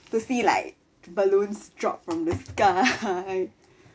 to see like balloons drop from the sky